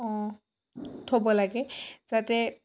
অঁ থ'ব লাগে যাতে